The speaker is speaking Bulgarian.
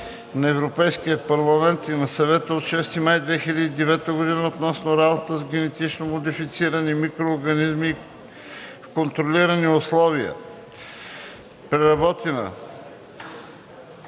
на Европейския парламент и на Съвета от 6 май 2009 г. относно работата с генетично модифицирани микроорганизми в контролирани условия (преработена)